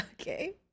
okay